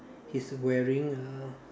he is wearing a